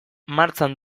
martxan